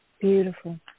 Beautiful